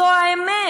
זו האמת.